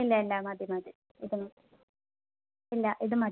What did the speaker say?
ഇല്ല ഇല്ല മതി മതി ഇത് മതി ഇല്ല ഇത് മതി